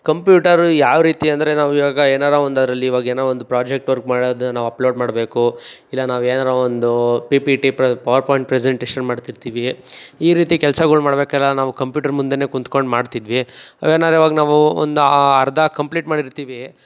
computer ಯಾವ ರೀತಿ ಅಂದರೆ ನಾವು ಇವಾಗ ಏನಾರ ಒಂದು ಅದರಲ್ಲಿ ಇವಾಗೇನೋ ಒಂದು ಪ್ರಾಜೆಕ್ಟ್ ವರ್ಕ್ ಮಾಡೋದು ನಾವು ಅಪ್ಲೋಡ್ ಮಾಡಬೇಕು ಇಲ್ಲ ನಾವೇನಾರ ಒಂದು ಪಿ ಪಿ ಟಿ ಪ್ರ ಪವರ್ ಪಾಯಿಂಟ್ ಪ್ರೆಸೆಂಟೇಶನ್ ಮಾಡ್ತಿರ್ತೀವಿ ಈ ರೀತಿ ಕೆಲ್ಸಗಳು ಮಾಡ್ಬೇಕಾದ್ರೆ ನಾವು ಕಂಪ್ಯೂಟರ್ ಮುಂದೆಯೇ ಕೂತ್ಕೊಂಡು ಮಾಡ್ತಿದ್ವಿ ಏನಾರ ಇವಾಗ ನಾವು ಒಂದು ಅರ್ಧ ಕಂಪ್ಲೀಟ್ ಮಾಡಿರ್ತೀವಿ